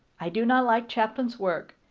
i do not like chaplin's work,